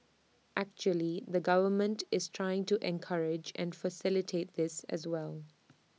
actually the government is trying to encourage and facilitate this as well